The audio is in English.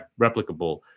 replicable